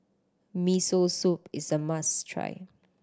Miso Soup is a must try